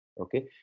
Okay